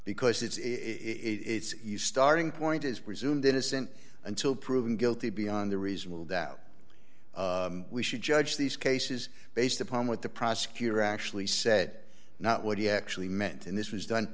because it's in it's starting point is presumed innocent until proven guilty beyond a reasonable doubt we should judge these cases based upon what the prosecutor actually said not what he actually meant and this was done